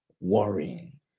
worrying